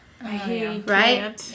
right